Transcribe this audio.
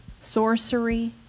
sorcery